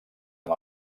amb